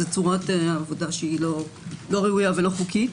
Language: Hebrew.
זו צורת עבודה שהיא לא ראויה ולא חוקית.